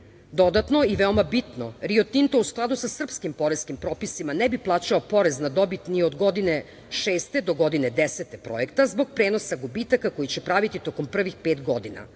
i veoma bitno, Rio Tinto u skladu sa srpskim poreskim propisima ne bi plaćao porez na dobit ni od godine 6. do godine 10. projekta zbog prenosa gubitaka koji će praviti tokom prvih pet godina,